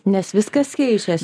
nes viskas keičiasi viskas